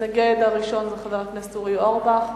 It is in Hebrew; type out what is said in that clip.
המתנגד הראשון הוא חבר הכנסת אורי אורבך,